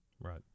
Right